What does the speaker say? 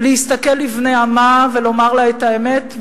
להסתכל אל בני עמה ולומר להם את האמת,